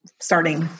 starting